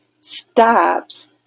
stops